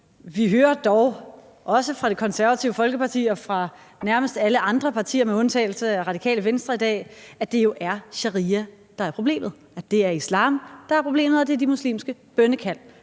Vi hører dog også fra Det Konservative Folkeparti og fra nærmest alle andre partier med undtagelse af Radikale Venstre i dag, at det jo er sharia, der er problemet, at det er islam, der er problemet, og at det er de muslimske bønnekald,